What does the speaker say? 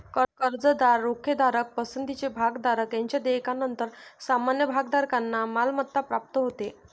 कर्जदार, रोखेधारक, पसंतीचे भागधारक यांच्या देयकानंतर सामान्य भागधारकांना मालमत्ता प्राप्त होते